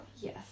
Yes